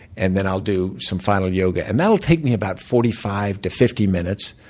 and then i'll do some final yoga. and that'll take me about forty five to fifty minutes.